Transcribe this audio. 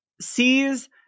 sees